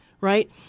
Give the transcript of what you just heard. Right